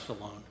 alone